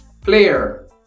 player